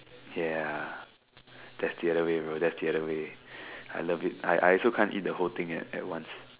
ya that's the other way bro that's the other way I love it I I also can't eat the whole thing at once